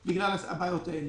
היום בגלל הבעיות האלה.